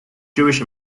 jewish